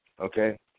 okay